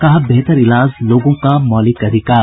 कहा बेहतर इलाज लोगों का मौलिक अधिकार